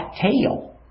tail